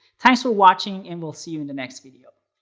thanks for watching and we'll see you in the next video!